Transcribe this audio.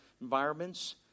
environments